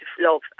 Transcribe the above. love